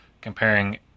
comparing